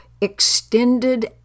extended